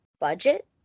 budget